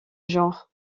genre